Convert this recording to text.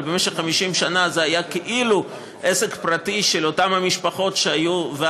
אבל במשך 50 שנה זה היה כאילו עסק פרטי של אותן המשפחות והלוחמים,